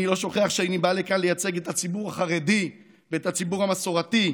אני לא שוכח שאני בא לכאן לייצג את הציבור החרדי ואת הציבור המסורתי,